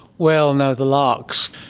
well, no, the larks.